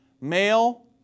Male